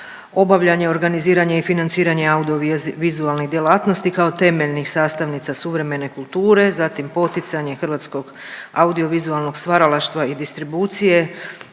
obavljanje, organiziranje i financiranje audiovizualne djelatnosti kao temeljnih sastavnica suvremene kulture, zatim poticanje hrvatskog audiovizualnog stvaralaštva i distribucije